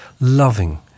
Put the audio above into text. loving